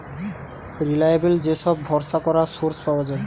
reliable যে সব ভরসা করা সোর্স পাওয়া যায়